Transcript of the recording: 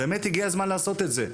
באמת הגיע הזמן לעשות את זה.